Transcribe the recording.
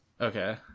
okay